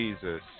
Jesus